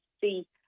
see